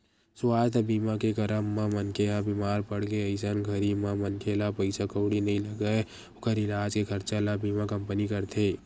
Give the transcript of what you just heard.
सुवास्थ बीमा के कराब म मनखे ह बीमार पड़गे अइसन घरी म मनखे ला पइसा कउड़ी नइ लगय ओखर इलाज के खरचा ल बीमा कंपनी करथे